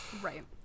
Right